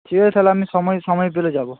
ঠিক আছে তাহলে আমি সময় সময় পেলে যাব